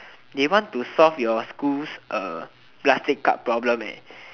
they want to solve your schools uh plastic cup problem eh